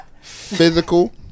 physical